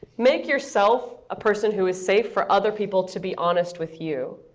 make yourself a person who is safe for other people to be honest with you.